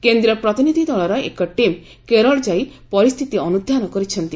କେନ୍ଦ୍ରୀୟ ପ୍ରତିନିଧି ଦଳର ଏକ ଟିମ୍ କେରଳ ଯାଇ ପରିସ୍ଥିତି ଅନୁଧ୍ୟାନ କରିଛନ୍ତି